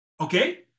Okay